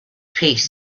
piece